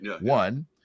one